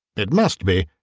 it must be.